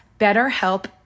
BetterHelp